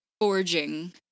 forging